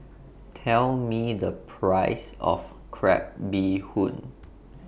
Tell Me The Price of Crab Bee Hoon